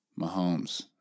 Mahomes